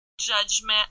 judgment